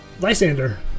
Lysander